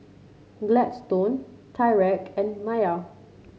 Gladstone Tyrek and Maia